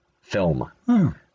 film